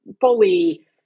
fully